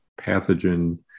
pathogen